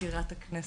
מזכירת הכנסת,